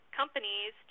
companies